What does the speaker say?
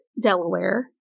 Delaware